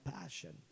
passion